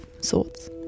sorts